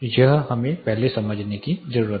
यह हमें पहले समझने की जरूरत है